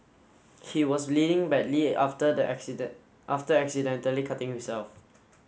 he was leading badly after the accident after accidentally cutting himself